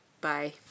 Bye